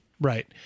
right